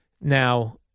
Now